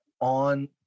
on